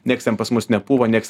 nieks ten pas mus nepūva nieks